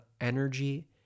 energy